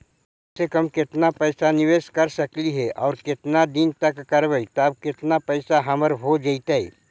कम से कम केतना पैसा निबेस कर सकली हे और केतना दिन तक करबै तब केतना पैसा हमर हो जइतै?